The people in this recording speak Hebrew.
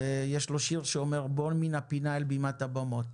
יש לו שיר שאומר: "בואו מן הפינה אל בימת הבמות",